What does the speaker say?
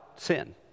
sin